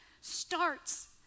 starts